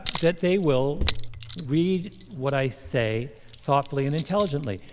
that they will read what i say thoughtfully and intelligently.